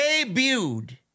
debuted